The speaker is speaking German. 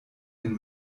den